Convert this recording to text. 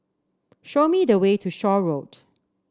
show me the way to Shaw Road